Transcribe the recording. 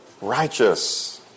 righteous